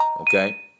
Okay